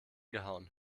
gehauen